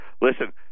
listen